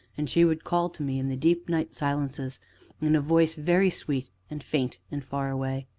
and she would call to me in the deep night silences in a voice very sweet, and faint, and far away.